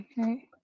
Okay